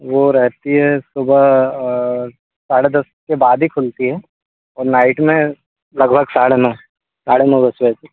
वो रहती है सुबह साढ़े दस के बाद ही खुलती है और नाइट में लगभग साढ़े नौ साढ़े नौ बजे सुबह के